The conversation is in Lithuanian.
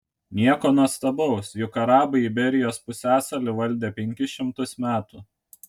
nieko nuostabaus juk arabai iberijos pusiasalį valdė penkis šimtus metų